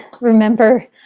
remember